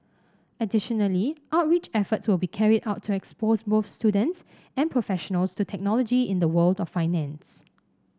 additionally outreach efforts will be carried out to expose both students and professionals to technology in the world of finance